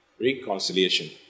Reconciliation